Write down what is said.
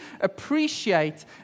appreciate